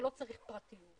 שלא צריך פרטיות,